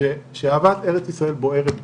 שאהבת ארץ ישראל בוערת בו.